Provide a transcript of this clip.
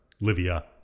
Livia